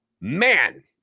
Man